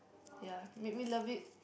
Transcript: ya made me love it